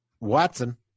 watson